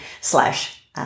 slash